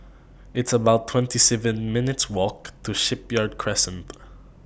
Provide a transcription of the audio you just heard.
It's about twenty seven minutes' Walk to Shipyard Crescent